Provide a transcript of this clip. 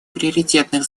приоритетных